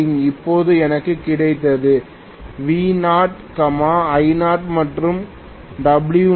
இப்போது எனக்கு கிடைத்தது V0 I0 மற்றும் W0